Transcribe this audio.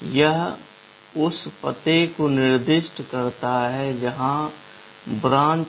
यह उस पते को निर्दिष्ट करता है जहां ब्रांच है